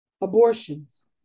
abortions